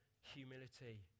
humility